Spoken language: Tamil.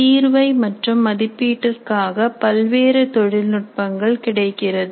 தீர்வை மற்றும் மதிப்பீட்டிற்காக பல்வேறு தொழில்நுட்பங்கள் கிடைக்கிறது